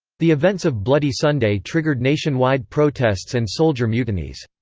the events of bloody sunday triggered nationwide protests and soldier mutinies.